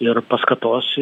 ir paskatos